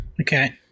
Okay